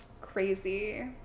Crazy